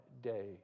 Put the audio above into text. day